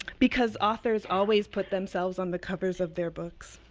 because authors always put themselves on the covers of their books.